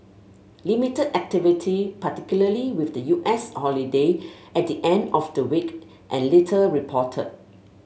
limited activity particularly with the U S holiday at the end of the week and little reported